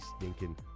stinking